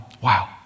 wow